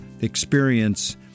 experience